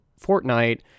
Fortnite